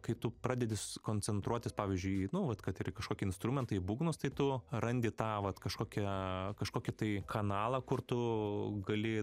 kai tu pradedi koncentruotis pavyzdžiui nu vat kad ir į kažkokį instrumentą į būgnus tai tu randi tą vat kažkokią kažkokį tai kanalą kur tu gali